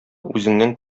үзеңнән